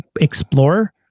explore